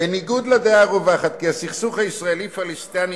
"בניגוד לדעה הרווחת, כי הסכסוך הישראלי פלסטיני